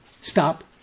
stop